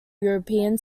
european